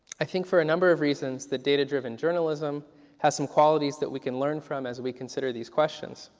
i think for a number of reasons the data-driven journalism has some qualities that we can learn from as we consider these questions.